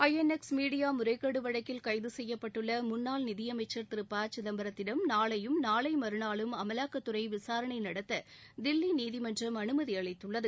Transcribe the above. ஐ N X media முறைகேடு வழக்கில் கைது செய்யப்பட்டுள்ள முன்னாள் நிதி அமைச்சர் திரு ப சிதம்பரத்திடம் நாளையும் நாளை மறுநாளும் அமலாக்கத்துறை விசாரணை நடத்த தில்லி நீதிமன்றம் அனுமதி அளித்துள்ளது